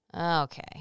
okay